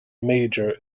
major